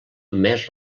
més